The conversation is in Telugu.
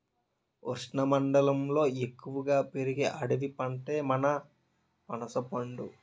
ఉష్ణమండలంలో ఎక్కువగా పెరిగే అడవి పండే మన పనసపండు